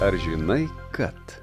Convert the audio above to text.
ar žinai kad